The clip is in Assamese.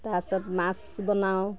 তাৰছত মাছ বনাওঁ